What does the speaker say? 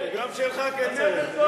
וגם שלך, כצל'ה.